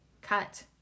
cut